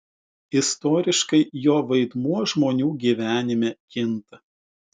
istoriškai jo vaidmuo žmonių gyvenime kinta